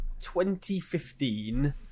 2015